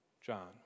John